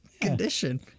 condition